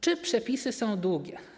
Czy przepisy są długie?